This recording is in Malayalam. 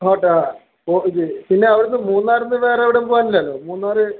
ഹോട്ടൽ ആ ഇത് പിന്നെ അവിടെ നിന്ന് മൂന്നാർ നിന്ന് വേറെ എവിടെയും പോവാൻ ഇല്ലല്ലോ മൂന്നാർ